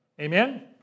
Amen